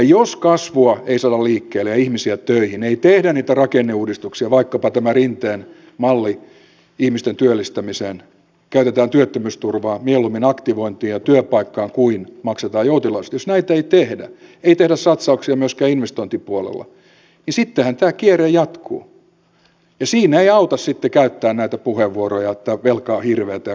jos kasvua ei saada liikkeelle ja ihmisiä töihin ei tehdä niitä rakenneuudistuksia vaikkapa tämä rinteen malli ihmisten työllistämiseen käytetään työttömyysturvaa mieluummin aktivointiin ja työpaikkaan kuin maksetaan joutilaisuudesta jos näitä ei tehdä ei tehdä satsauksia myöskään investointipuolella niin sittenhän tämä kierre jatkuu ja siinä ei auta sitten käyttää näitä puheenvuoroja että velka on hirveätä ja kauheata